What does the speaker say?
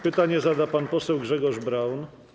Pytanie zada pan poseł Grzegorz Braun.